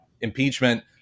impeachment